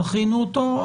דחינו אותו.